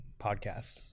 podcast